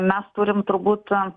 mes turim turbūt